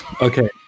Okay